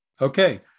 Okay